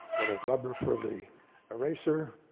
little rubber for the eraser,